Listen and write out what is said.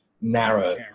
narrow